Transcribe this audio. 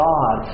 God